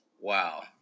wow